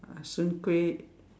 ah soon-kueh